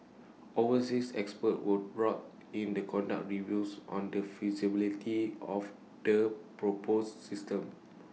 overseas experts were brought in the conduct reviews on the feasibility of the proposed system